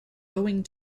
owing